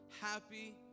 Happy